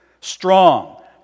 Strong